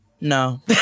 No